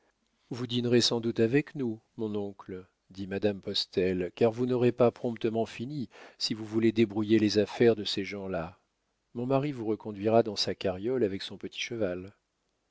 vous dînerez sans doute avec nous mon oncle dit madame postel car vous n'aurez pas promptement fini si vous voulez débrouiller les affaires de ces gens-là mon mari vous reconduira dans sa carriole avec son petit cheval